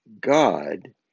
God